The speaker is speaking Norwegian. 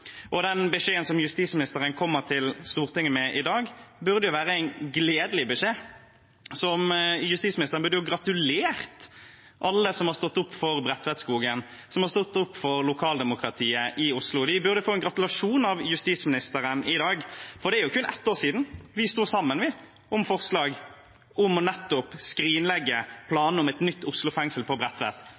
Den beskjeden som justisministeren kommer til Stortinget med i dag, burde være en gledelig beskjed. Justisministeren burde ha gratulert alle som har stått på for Bredtvetskogen, som har stått på for lokaldemokratiet i Oslo. De burde få en gratulasjon av justisministeren i dag, for det er jo kun ett år siden vi sto sammen om forslag om nettopp å skrinlegge planene om et nytt Oslo fengsel på Bredtvet.